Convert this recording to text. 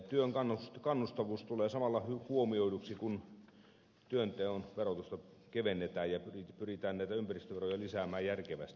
työn kannustavuus tulee samalla huomioiduksi kun työnteon verotusta kevennetään ja pyritään näitä ympäristöveroja lisäämään järkevästi